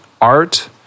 art